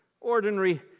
ordinary